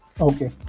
Okay